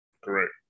Correct